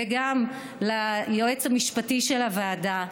וגם ליועץ המשפטי של הוועדה,